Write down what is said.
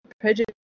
prejudice